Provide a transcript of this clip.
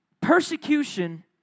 persecution